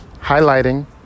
highlighting